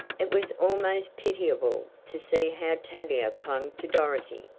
it was almost pitiable to see how tavia clung to dorothy,